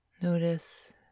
notice